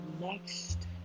next